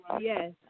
Yes